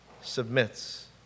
submits